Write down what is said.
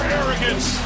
arrogance